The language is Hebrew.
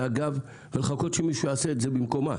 הגב ולחכות שמישהו יעשה את זה במקומה.